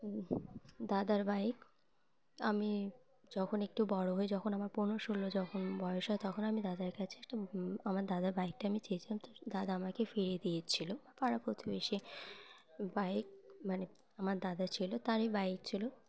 দাদার বাইক আমি যখন একটু বড়ো হই যখন আমার পনেরো ষোলো যখন বয়স হয় তখন আমি দাদার কাছে একটা আমার দাদার বাইকটা আমি চেয়েছিলাম তো দাদা আমাকে ফিরিয়ে দিয়েছিলো পাড়া প্রতিবেশী বাইক মানে আমার দাদা ছিলো তারই বাইক ছিলো